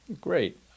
Great